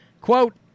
Quote